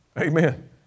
Amen